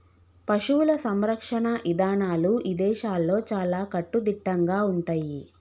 పశువుల సంరక్షణ ఇదానాలు ఇదేశాల్లో చాలా కట్టుదిట్టంగా ఉంటయ్యి